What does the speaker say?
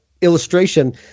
illustration